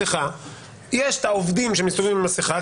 יש עובדים שמסתובבים עם מסכה,